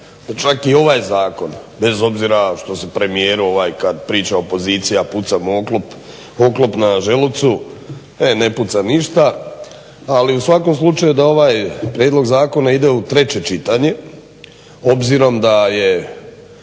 čak i ovaj zakon, bez obzira što se premijeru kad priča opozicija puca mu oklop na želucu, meni ne puca ništa, ali u svakom slučaju da ovaj prijedlog zakona ide u 3. čitanje obzirom da je,